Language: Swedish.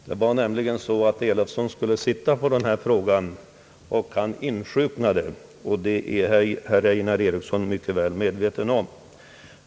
Det förhöll sig nämligen så att herr Elofsson skulle ha suttit i utskottet vid behandlingen av denna fråga, men han insjuknade, vilket herr Einar Eriksson är mycket väl medveten om.